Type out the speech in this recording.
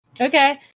Okay